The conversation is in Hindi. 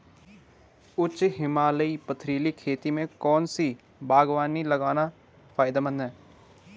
उच्च हिमालयी पथरीली खेती में कौन सी बागवानी लगाना फायदेमंद है?